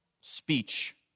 speech